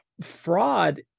fraud